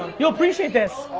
you'll appreciate this!